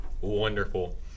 Wonderful